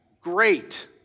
great